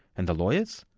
and the lawyers?